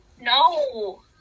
no